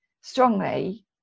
strongly